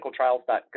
clinicaltrials.gov